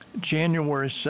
January